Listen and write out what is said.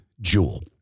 Jewel